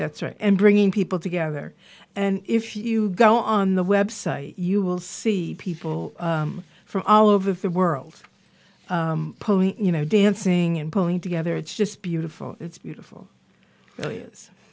that's right and bringing people together and if you go on the website you will see people from all over the world you know dancing and pulling together it's just beautiful it's beautiful really is